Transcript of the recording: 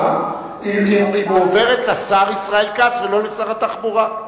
אם היא מועברת לשר ישראל כץ ולא לשר התחבורה.